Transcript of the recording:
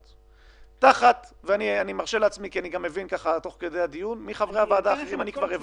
דירה, מזה שאין להם עלויות תחזוקה,